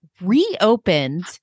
reopened